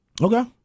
Okay